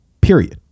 Period